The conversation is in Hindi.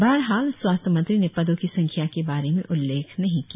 बहरहाल स्वास्थ्य मंत्री ने पदो की संख्या के बारे में उल्लेख नही किया